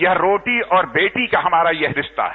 यह रोटी और बेटी का हमारा यह रिश्ता है